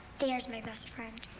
there's my best friend.